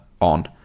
on